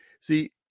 see